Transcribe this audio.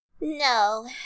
No